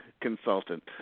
consultant